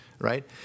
right